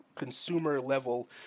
Consumer-level